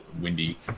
windy